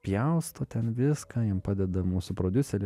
pjausto ten viską jam padeda mūsų prodiuserė